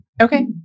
Okay